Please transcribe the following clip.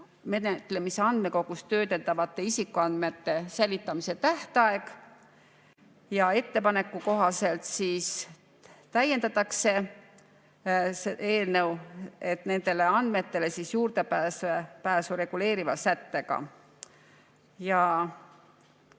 hädaabiteadete andmekogus töödeldavate isikuandmete säilitamise tähtaeg. Ettepaneku kohaselt täiendatakse eelnõu nendele andmetele juurdepääsu reguleeriva sättega.